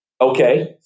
Okay